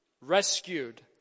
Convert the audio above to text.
Rescued